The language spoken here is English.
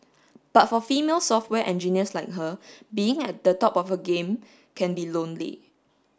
but for female software engineers like her being at the top of the game can be lonely